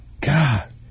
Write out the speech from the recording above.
God